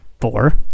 four